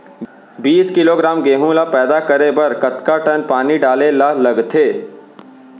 बीस किलोग्राम गेहूँ ल पैदा करे बर कतका टन पानी डाले ल लगथे?